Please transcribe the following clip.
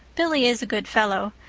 billy is a good fellow.